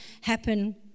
happen